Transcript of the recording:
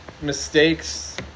Mistakes